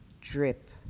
drip